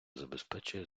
забезпечує